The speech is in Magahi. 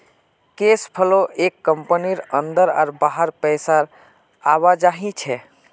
कैश फ्लो एक कंपनीर अंदर आर बाहर पैसार आवाजाही छे